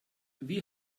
wie